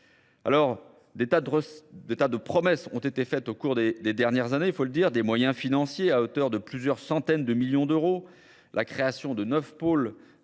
Alors, des tas de promesses ont été faites au cours des dernières années, il faut le dire, des moyens financiers à hauteur de plusieurs centaines de millions d'euros, la création de 9 pôles